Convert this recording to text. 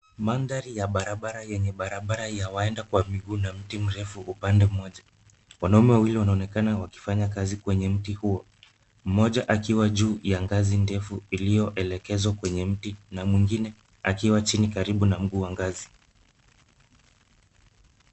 Mandhari ya barabara yenye barabara ya waenda kwa miguu na miti mirefu upande mmoja. Wanaume wawili wanaonekana wakifanya kazi kwenye mti huo, mmoja akiwa juu ya ngazi ndefu iliyoelekezwa kwenye mti na mwingine akiwa chini karibu na mguu wa ngazi.